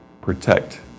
protect